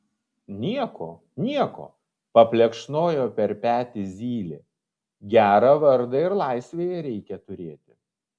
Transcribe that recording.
nieko nieko paplekšnojo per petį zylė gerą vardą ir laisvėje reikia turėti